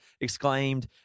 exclaimed